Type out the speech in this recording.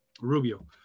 Rubio